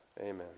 Amen